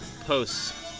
posts